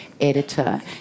editor